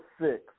six